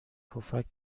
پفک